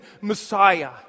Messiah